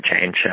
change